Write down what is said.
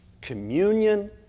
communion